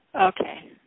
Okay